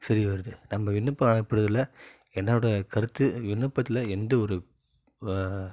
செய்தி வருது நம்ம விண்ணப்பம் ஆற்படுவதுல்ல என்னோடய கருத்து விண்ணப்பத்தில் எந்த ஒரு